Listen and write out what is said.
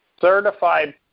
certified